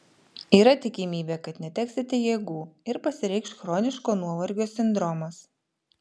yra tikimybė kad neteksite jėgų ir pasireikš chroniško nuovargio sindromas